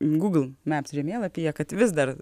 google maps žemėlapyje kad vis dar